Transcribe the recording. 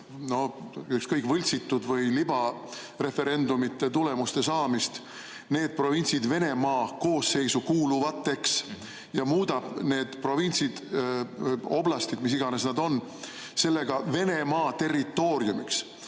ükskõik, võltsitud või libareferendumite tulemuste saamist need provintsid Venemaa koosseisu kuuluvaks ja muudab need provintsid, oblastid või mis iganes nad on, sellega Venemaa territooriumiks.